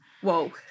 whoa